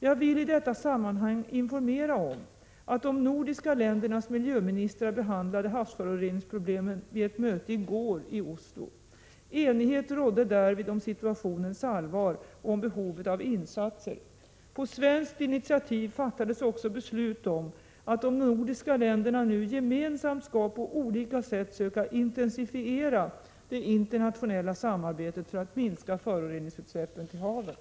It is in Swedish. Jag vill i detta sammanhang informera om att de nordiska ländernas miljöministrar behandlade havsföroreningsproblemen vid ett möte i går i Oslo. Enighet rådde därvid om situationens allvar och om behovet av insatser. På svenskt initiativ fattades också beslut om att de nordiska länderna nu gemensamt på olika sätt skall söka intensifiera det internationella samarbetet för att minska föroreningsutsläppen till haven.